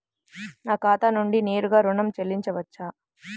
నా ఖాతా నుండి నేరుగా ఋణం చెల్లించవచ్చా?